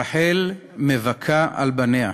רחל מבכה על בניה.